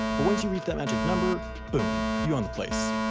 but once you reach that magic number boom, you own the place,